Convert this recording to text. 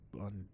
on